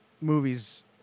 movies